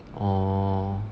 orh